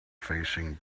facing